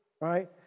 right